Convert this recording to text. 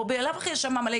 הנתח של שנים עשר מיליון,